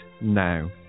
now